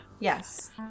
Yes